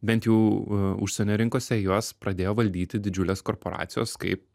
bent jau a užsienio rinkose juos pradėjo valdyti didžiulės korporacijos kaip